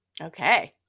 Okay